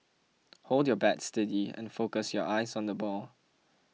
hold your bat steady and focus your eyes on the ball